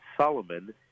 Solomon